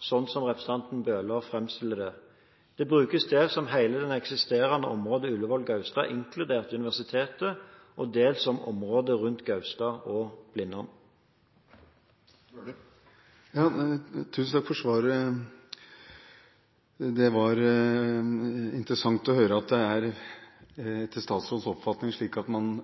sånn som representanten Bøhler framstiller det. Det brukes dels om hele det eksisterende området Ullevål–Gaustad, inkludert universitetet, og dels om området rundt Gaustad og Blindern. Tusen takk for svaret. Det var interessant å høre at det, etter statsrådens oppfatning, er slik at man